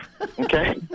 Okay